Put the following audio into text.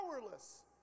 powerless